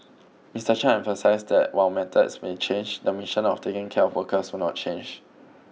Mister Chan emphasised that while methods may change the mission of taking care of workers will not change